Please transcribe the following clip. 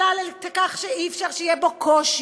שלל את זה שאי-אפשר שיהיה בו קושי,